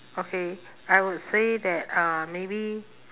okay I would say that uh maybe